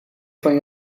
van